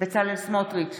בצלאל סמוטריץ'